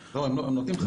לא, הם נותנים חוות דעת.